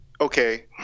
okay